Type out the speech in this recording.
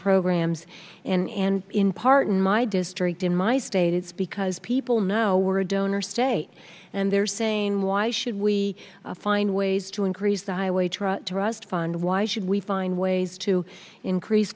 programs in and in part in my district in my state it's because people now we're a donor state and they're saying why should we find ways to increase the highway trust trust fund why should we find ways to increase